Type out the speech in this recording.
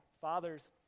Fathers